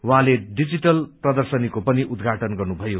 उहाँले डिजिटल प्रर्दशनीको पनि उद्घाटन गर्नुभयो